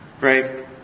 Right